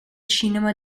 cinema